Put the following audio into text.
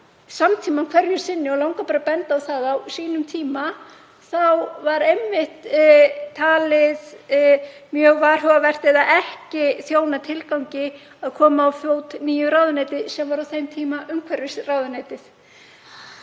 samtímann hverju sinni. Mig langar að benda á það að á sínum tíma var einmitt talið mjög varhugavert eða ekki þjóna tilgangi að koma á fót nýju ráðuneyti, sem var á þeim tíma umhverfisráðuneytið.